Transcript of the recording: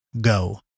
go